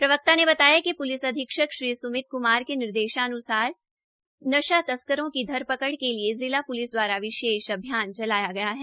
प्रवक्ता ने बताया कि प्लिस अधीक्षक श्री सूमित क्मार के दिशानिर्देश पर नशा तस्करों की धरपकड़ के लिए जिला प्लिस दवारा विशेष अभियान चलाया गया है